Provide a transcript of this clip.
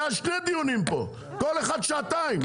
היו שני דיונים פה, כל אחד שעתיים.